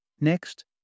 Next